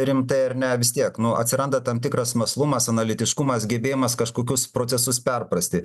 rimtai ar ne vis tiek nu atsiranda tam tikras mąslumas analitiškumas gebėjimas kažkokius procesus perprasti